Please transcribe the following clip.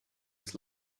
was